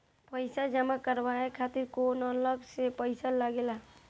पईसा जमा करवाये खातिर कौनो अलग से पईसा लगेला?